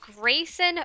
grayson